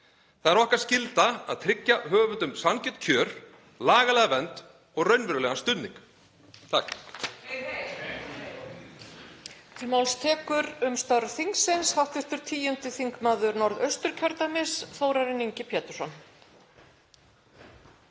Það er okkar skylda að tryggja höfundum sanngjörn kjör, lagalega vernd og raunverulegan stuðning.